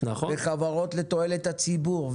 חברות לתועלת הציבור,